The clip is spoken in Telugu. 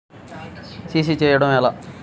సి.సి చేయడము ఎలా?